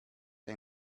say